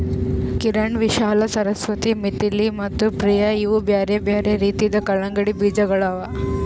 ಕಿರಣ್, ವಿಶಾಲಾ, ಸರಸ್ವತಿ, ಮಿಥಿಳಿ ಮತ್ತ ಪ್ರಿಯ ಇವು ಬ್ಯಾರೆ ಬ್ಯಾರೆ ರೀತಿದು ಕಲಂಗಡಿ ಬೀಜಗೊಳ್ ಅವಾ